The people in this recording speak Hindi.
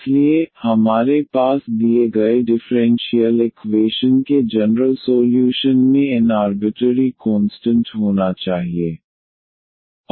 इसलिए हमारे पास दिए गए डिफ़्रेंशियल इकवेशन के जनरल सोल्यूशन में n आर्बिटरी कोंस्टंट होना चाहिए